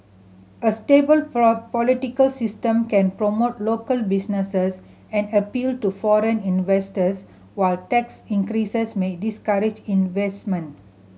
a stable political system can promote local businesses and appeal to foreign investors while tax increases may discourage investment